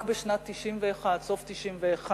רק בשנת 1991, סוף 1991,